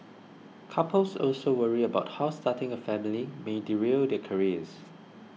couples also worry about how starting a family may derail their careers